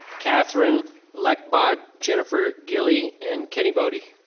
catherine lechbod, jennifer gilly, and kenny bodhi.